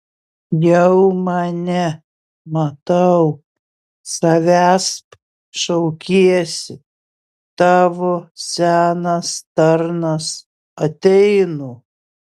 jau mane matau savęsp šaukiesi tavo senas tarnas ateinu